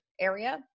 area